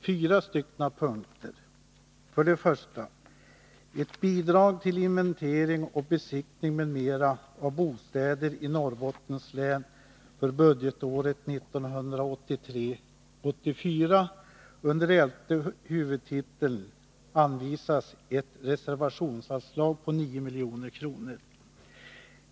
För det första har regeringen föreslagit att till Bidrag till inventering och besiktning m.m. av bostäder i Norrbottens län för budgetåret 1983/84 under elfte huvudtiteln anvisas ett reservationsanslag på 9 milj.kr.